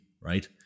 right